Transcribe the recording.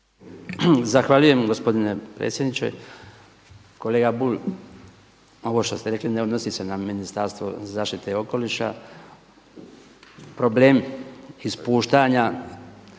Zahvaljujem, gospodine predsjedniče. Kolega Bulj, ovo što ste rekli ne odnosi se na Ministarstvo zaštite okoliša, problem ispuštanja